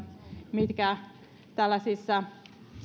tällaisissa